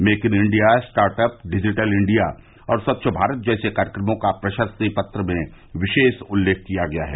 make in India startup India digital India और स्वच्छ भारत जैसे कार्यक्रमों का प्रशस्ति पत्र में विशेष उल्लेख किया गया है